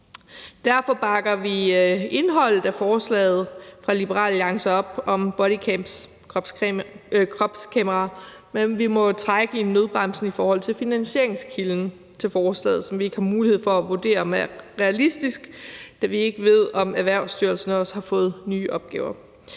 Derfor bakker vi indholdet af forslaget fra Liberal Alliance om bodycams eller kropskameraer op, men vi må trække i nødbremsen i forhold til finansieringskilden til forslaget, som vi ikke har mulighed for at vurdere om er realistisk, da vi ikke ved, om Erhvervsstyrelsen også har fået nye opgaver.